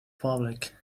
public